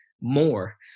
more